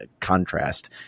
contrast